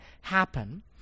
happen